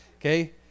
Okay